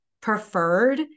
preferred